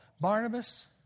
Barnabas